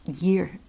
year